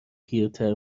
پیرتر